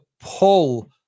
pull